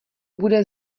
bude